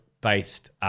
based